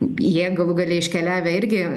jie galų gale iškeliavę irgi